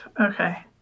Okay